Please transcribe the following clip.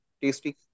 tasty